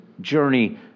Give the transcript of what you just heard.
journey